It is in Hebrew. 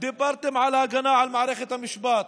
על הגנה על מערכת המשפט,